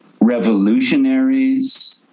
revolutionaries